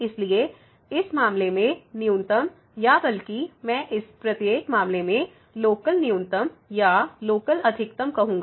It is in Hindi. इसलिए इस मामले में न्यूनतम या बल्कि मैं इस प्रत्येक मामले में लोकल न्यूनतम या लोकल अधिकतम कहूंगा